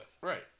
Right